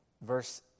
verse